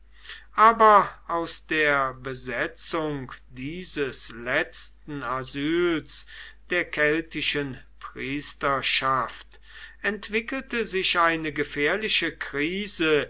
aber aus der besetzung dieses letzten asyls der keltischen priesterschaft entwickelte sich eine gefährliche krise